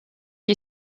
qui